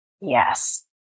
Yes